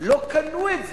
לא קנו את זה.